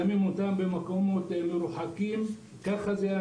שמים אותם במקומות מרוחקים, ככה זה.